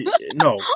no